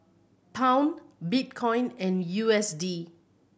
Pound Bitcoin and U S D